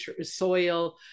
soil